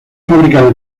fábrica